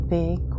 big